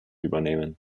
übernehmen